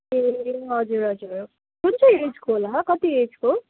ए हजुर हजुर कुन चाहिँ एजको होला कति एजको